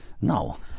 No